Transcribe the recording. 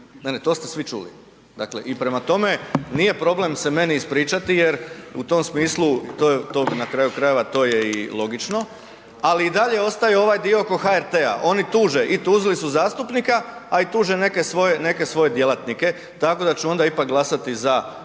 to ste svi čuli. Dakle i prema tome, nije problem se meni ispričati jer u tom smislu to, na kraju krajeva to je i logično. Ali i dalje ostaje ovaj dio oko HRT-a. Oni tuže i tužili su zastupnika a i tuže neke svoje djelatnike. Tako da ću onda ipak glasati za